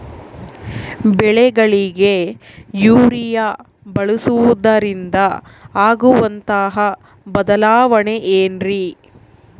ಬೆಳೆಗಳಿಗೆ ಯೂರಿಯಾ ಬಳಸುವುದರಿಂದ ಆಗುವಂತಹ ಬದಲಾವಣೆ ಏನ್ರಿ?